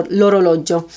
l'orologio